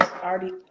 already